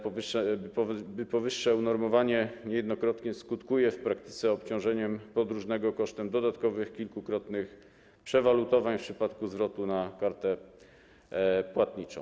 Powyższe unormowanie niejednokrotnie skutkuje w praktyce obciążeniem podróżnego kosztem dodatkowych kilkukrotnych przewalutowań w przypadku zwrotu na kartę płatniczą.